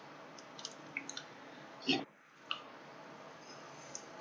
ya